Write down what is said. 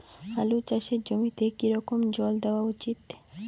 আলু চাষের জমিতে কি রকম জল দেওয়া উচিৎ?